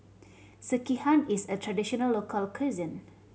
sekihan is a traditional local cuisine